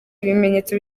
ibimenyetso